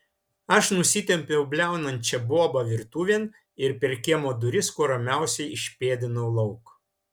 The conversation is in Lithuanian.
aš nusitempiau bliaunančią bobą virtuvėn ir per kiemo duris kuo ramiausiai išpėdinau lauk